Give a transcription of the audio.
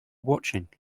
watching